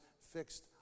fixed